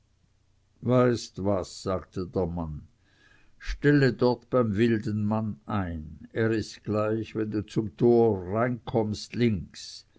weißt was sagte der mann stelle dort beim wildenmann ein er ist gleich wenn du zum tore hineinkommst links